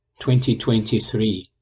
2023